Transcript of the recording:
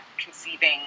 conceiving